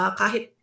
kahit